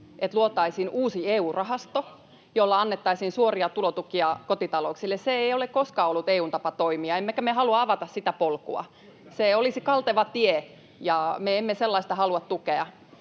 että luotaisiin uusi EU-rahasto, jolla annettaisiin suoria tulotukia kotitalouksille. Se ei ole koskaan ollut EU:n tapa toimia, emmekä me halua avata sitä polkua. Se olisi kalteva tie, ja me emme sellaista halua tukea.